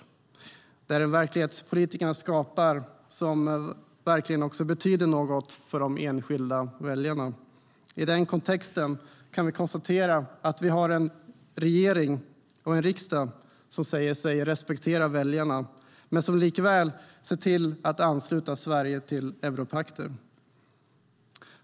Det är den verklighet som politikerna skapar som verkligen betyder något för de enskilda väljarna. I den kontexten kan vi konstatera att vi har en regering och en riksdag som säger sig respektera väljarna men som likväl ser till att ansluta Sverige till Europakter.